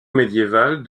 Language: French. médiévale